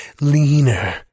leaner